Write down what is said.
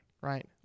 Right